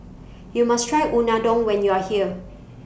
YOU must Try Unadon when YOU Are here